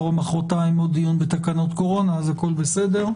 או מחרתיים עוד דיון בתקנות קורונה אז הכול בסדר.